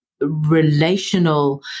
relational